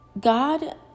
God